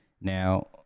now